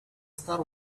star